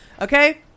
Okay